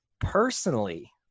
personally